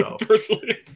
Personally